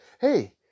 hey